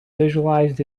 visualized